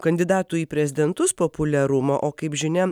kandidatų į prezidentus populiarumą o kaip žinia